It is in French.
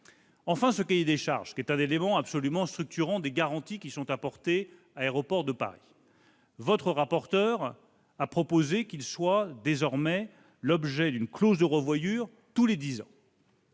Paris. Ce cahier des charges est un élément absolument structurant des garanties apportées à Aéroport de Paris. Votre rapporteur a suggéré qu'il fasse désormais l'objet d'une clause de revoyure tous les dix ans.